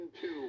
two